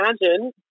imagine